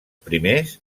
primers